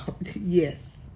Yes